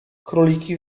króliki